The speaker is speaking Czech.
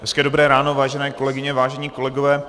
Hezké dobré ráno, vážené kolegyně, vážení kolegové.